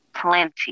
plenty